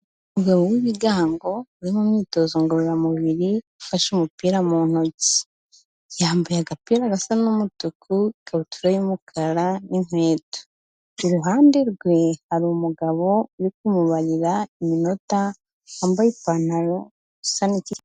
Umugabo w'ibigango uri mu myitozo ngororamubiri ufashe umupira mu ntoki yambaye agapira gasa n'umutuku, ikabutura y'umukara n'inkweto. Iruhande rwe hari umugabo uri kumubarira iminota wambaye ipantaro isa n'ikigina.